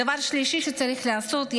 דבר שלישי שצריך לעשות,